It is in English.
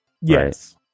yes